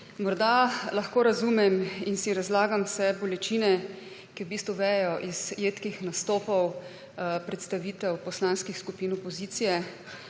Morda lahko razumem in si razlagam vse bolečine, ki v bistvu vejejo iz jedkih nastopov predstavitev poslanskih skupin opozicije,